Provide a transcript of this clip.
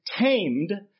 tamed